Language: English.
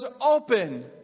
open